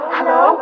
Hello